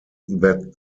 that